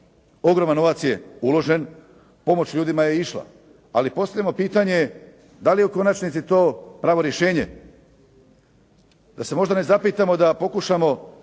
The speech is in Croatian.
Ogroman novac je uložen, pomoć ljudima je išla. Ali postavljamo pitanje da li je u konačnici to pravo rješenje, da se možda ne zapitamo da pokušamo